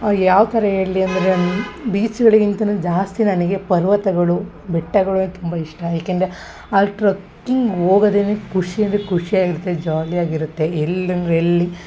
ಯಾವ ಥರ ಹೇಳ್ಲಿ ಅಂದರೆ ಬೀಚ್ಗಳಿಗಿಂತಲೂ ಜಾಸ್ತಿ ನನಗೆ ಪರ್ವತಗಳು ಬೆಟ್ಟಗಳೇ ತುಂಬ ಇಷ್ಟ ಏಕೆಂದರೆ ಅಲ್ಲಿ ಟ್ರಕ್ಕಿಂಗ್ ಹೋಗದೆನೇ ಖುಷಿ ಅಂದರೆ ಖುಷಿಯಾಗಿರುತ್ತೆ ಜಾಲಿಯಾಗಿರುತ್ತೆ ಎಲ್ಲಂದರೆ ಎಲ್ಲಿ